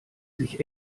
sich